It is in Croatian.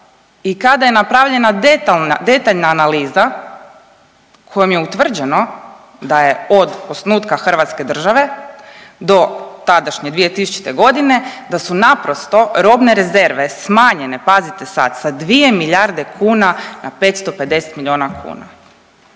i kada je napravljena detaljna analiza kojom je utvrđeno da je od osnutka hrvatske države do tadašnje 2000.g. da su naprosto robne rezerve smanjene, pazite sad, sa 2 milijarde kuna na 550 milijuna kuna.